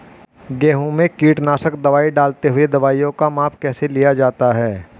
गेहूँ में कीटनाशक दवाई डालते हुऐ दवाईयों का माप कैसे लिया जाता है?